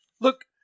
Look